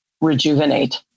rejuvenate